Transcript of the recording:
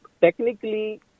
technically